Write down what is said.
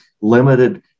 limited